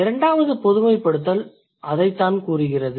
இரண்டாம் பொதுமைப்படுத்தல் அதைத்தான் கூறுகிறது